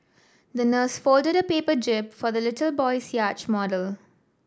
the nurse folded a paper jib for the little boy's yacht model